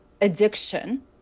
addiction